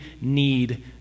need